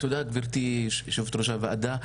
תודה גבירתי יושבת ראש הוועדה.